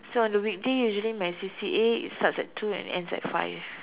so one the weekday usually my C_C_A is starts at two and ends at five